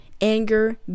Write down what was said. anger